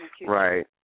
right